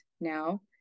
now